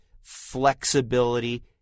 flexibility